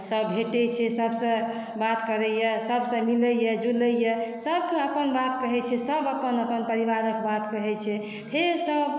सभ भेटै छै सभसँ बात करैया सभसँ मिलैया जुलैया सभ केओ अपन बात कहै छै सभ अपन अपन परिवारक बात कहै छै फेर सँ